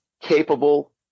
capable